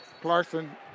Clarkson